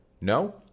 No